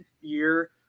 year